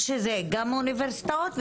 זה גם אוניברסיטאות,